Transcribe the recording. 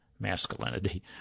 masculinity